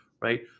right